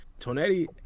tonetti